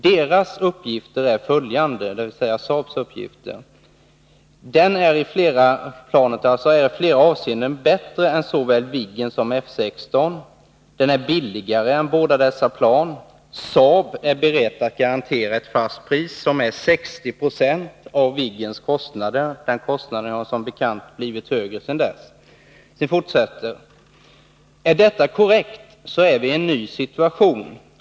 Deras uppgifter är följande: den är i flera avseenden bättre än såväl Viggen som F 16 den är billigare än båda dessa plan SAAB är berett att garantera ett fast pris som är 60 96 av Viggens kostnader” — den kostnaden har som bekant blivit högre sedan dess. ”Är detta korrekt så är vi i en ny situation.